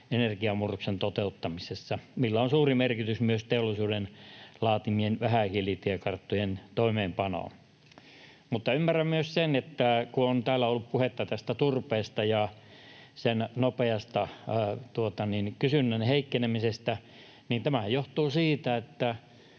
energiamurroksen toteuttamisessa, niin sillä on suuri merkitys myös teollisuuden laatimien vähähiilitiekarttojen toimeenpanoon. Mutta ymmärrän myös sen, että kun on täällä ollut puhetta turpeesta ja sen nopeasta kysynnän heikkenemisestä, niin tämähän johtuu siitä,